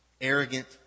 arrogant